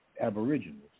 aboriginals